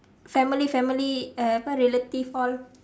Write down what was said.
family family err apa relative all